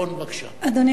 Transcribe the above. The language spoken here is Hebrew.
אדוני היושב-ראש,